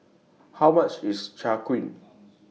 How much IS Chai Kuih